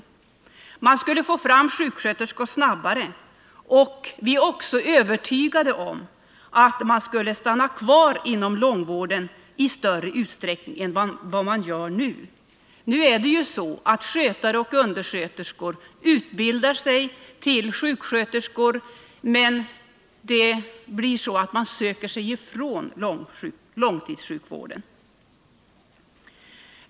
Vi skulle snabbare få fram sjuksköterskor. Vi är också övertygade om att personalen skulle stanna kvar inom långvården i större utsträckning än vad den nu gör. Nu utbildar skötare och undersköterskor sig till sjuksköterskor men söker sig ifrån långtidssjukvården.